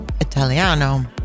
italiano